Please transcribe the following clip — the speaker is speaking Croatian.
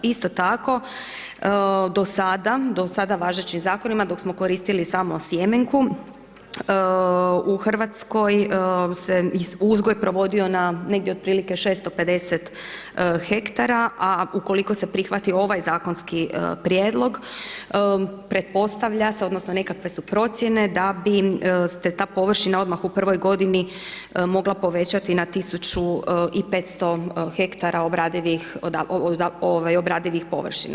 Isto tako, do sada važećim zakonima, dok smo koristili samo sjemenku, u Hrvatskoj se uzgoj provodio na negdje otprilike 650 hektara, a ukoliko se prihvati ovaj zakonski prijedlog, pretpostavlja se, odnosno nekakve su procjene da bi se ta površina odmah u prvoj godini mogla povećati na 1500 hektara obradivih površina.